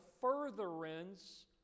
furtherance